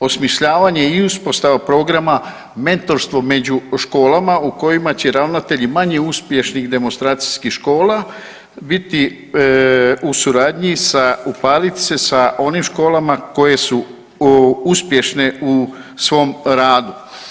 Osmišljavanje i uspostava programa mentorstvo među školama u kojima će ravnatelji manje uspješnih demonstracijskih škola biti u suradnji sa upariti se sa onim školama koje su uspješne u svom radu.